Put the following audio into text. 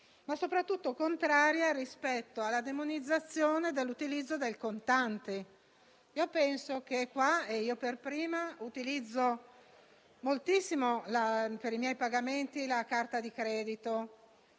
soprattutto rispetto alla demonizzazione dell'utilizzo del contante. Io per prima utilizzo moltissimo per i miei pagamenti la carta di credito